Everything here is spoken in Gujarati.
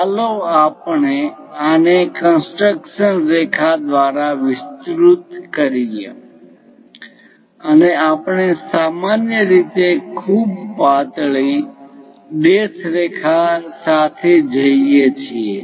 ચાલો આપણે આને કન્સ્ટ્રકશન રેખા દ્વારા વિસ્તૃત કરીએ અને આપણે સામાન્ય રીતે ખૂબ પાતળી ડૅશ રેખા સાથે જઈએ છીએ